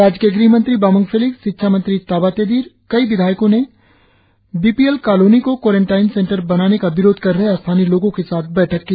राज्य के ग़हमंत्री बामंग फेलिक्स शिक्षा मंत्री ताबा तेदिर कई विधायको ने बी पी एल कॉलोनी को क्वारेनटाइन सेंटर बनाने का विरोध कर रहे स्थानीय लोगो के साथ बैठक की